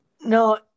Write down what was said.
No